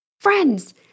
Friends